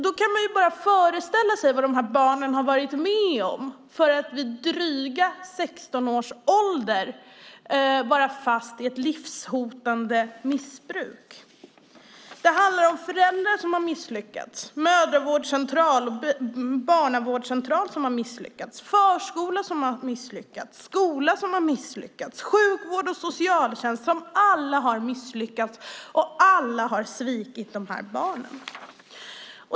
Då kan man bara föreställa sig vad de här barnen har varit med om för att vid dryga 16 års ålder vara fast i ett livshotande missbruk. Det handlar om föräldrar som har misslyckats, mödravårdscentral och barnavårdscentral som har misslyckats, förskola som har misslyckats, skola som har misslyckats, sjukvård och socialtjänst som alla har misslyckats. Alla har svikit de här barnen.